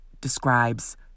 describes